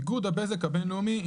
איגוד הבזק הבין-לאומי,